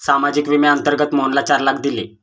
सामाजिक विम्याअंतर्गत मोहनला चार लाख दिले